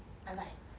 like